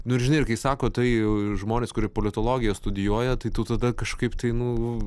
nu ir žinai ir kai sako tai jau žmonės kurie politologiją studijuoja tai tu tada kažkaip tai nu